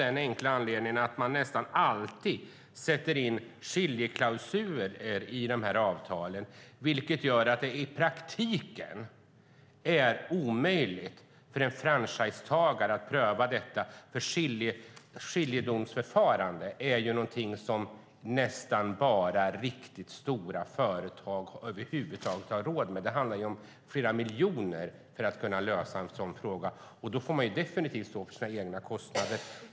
Den enkla anledningen är att det nästan alltid finns skiljeklausuler i avtalen, vilket gör det i praktiken omöjligt för en franchisetagare att få en fråga prövad. Skiljedomsförfarande är någonting som nästan bara riktigt stora företag över huvud taget har råd med. Det handlar om flera miljoner kronor för att lösa en sådan fråga. I ett sådant sammanhang får man definitivt stå för sina egna kostnader.